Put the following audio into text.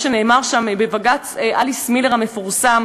את מה שנאמר שם בבג"ץ אליס מילר המפורסם.